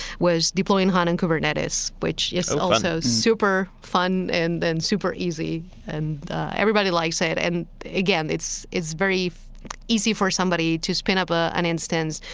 was deploying hana and kubernetes, which is also super fun and super easy. and everybody likes it. and again, it's it's very easy for somebody to spin up ah an instance,